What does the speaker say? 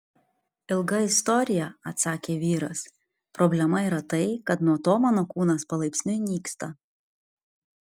ilga istorija atsakė vyras problema yra tai kad nuo to mano kūnas palaipsniui nyksta